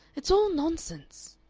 it's all nonsense.